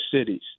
cities